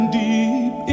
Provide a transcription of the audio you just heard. deep